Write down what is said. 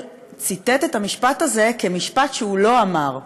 ציטט את המשפט הזה כמשפט שהוא לא אמר.